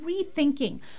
rethinking